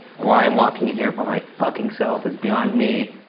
why i'm walking here by my fucking self is beyond me.